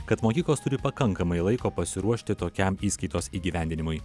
kad mokyklos turi pakankamai laiko pasiruošti tokiam įskaitos įgyvendinimui